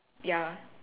ya